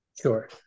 Sure